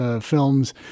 films